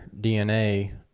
DNA